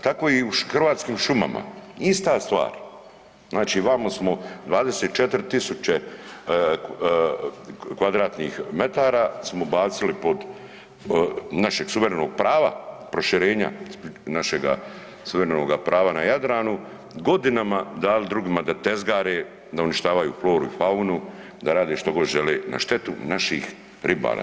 Tako i u hrvatskim šumama ista stvar, znači vamo smo 24.000 m2 smo bacili pod našeg suverenog prava, proširenja našega suverenoga prava na Jadranu, godinama dali drugima da tezgare, da uništavaju floru i faunu da rade što god žele, na štetu naših ribara.